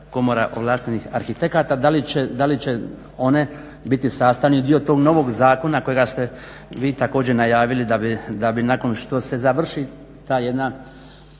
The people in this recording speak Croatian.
komora ovlaštenih arhitekata, da li će one biti sastavni dio tog novog zakona kojeg ste vi također najavili da bi nakon što se završi ta jedna